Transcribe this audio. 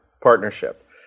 partnership